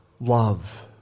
Love